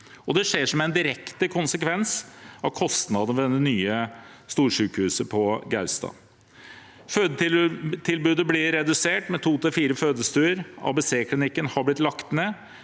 Det skjer som en direkte konsekvens av kostnadene ved det nye storsykehuset på Gaustad. Fødetilbudet blir redusert med to til fire fødestuer. ABC-klinikken har blitt lagt ned.